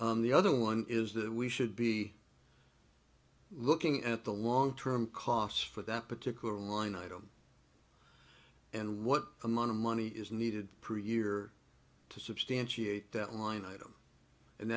on the other one is that we should be looking at the long term costs for that particular line item and what amount of money is needed per year to substantiate that line item and